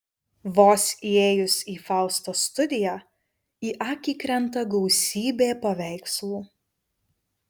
vos įėjus į faustos studiją į akį krenta gausybė paveikslų